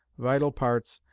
vital parts,